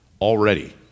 already